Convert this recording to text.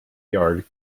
yard